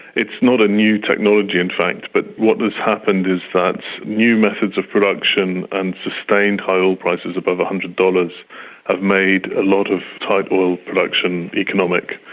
it's not a new technology in fact, but what has happened is that new methods of production and sustained high oil prices above one hundred dollars have made a lot of tight oil production economic.